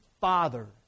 father